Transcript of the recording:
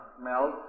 melt